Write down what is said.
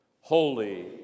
Holy